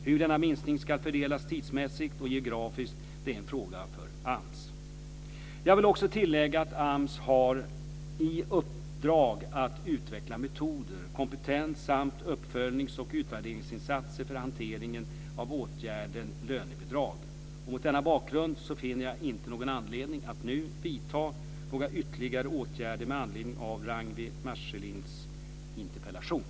Hur denna minskning ska fördelas tidsmässigt och geografiskt är en fråga för Jag vill också tillägga att AMS har i uppdrag att utveckla metoder, kompetens samt uppföljnings och utvärderingsinsatser för hanteringen av åtgärden lönebidrag. Mot denna bakgrund finner jag inte någon anledning att nu vidta några ytterligare åtgärder med anledning av Ragnwi Marcelinds interpellation.